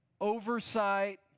oversight